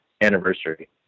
anniversary